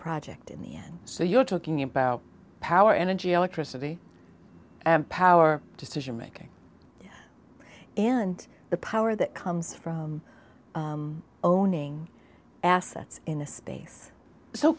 project in the end so you're talking about power energy electricity and power decision making and the power that comes from owning assets in